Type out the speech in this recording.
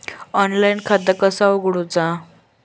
Online खाता कसा उगडूचा?